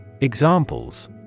Examples